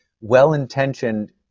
well-intentioned